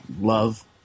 love